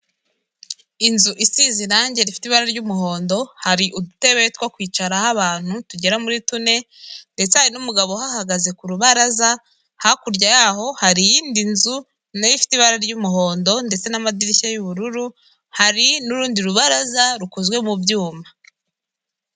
Inzu isize irangi rifite ibara ry'umuhondo; hari udutebe two kwicaraho abantu tugera muri tune, ndetse hari n'umugabo uhahagaze ku rubaraza. Hakurya yaho hari iyindi nzu na yo ifite ibara ry'umuhondo, ndetse n'amadirishya y'ubururu. Hari n'urundi rubaraza rukozwe mu byuma.